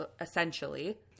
essentially